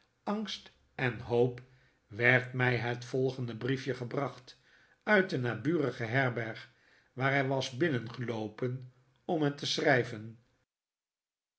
angst en hoop werd mij het volgende brief je gebracht uit een naburige herberg waar hij was binnengeloopen om het te sehrijven